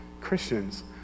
Christians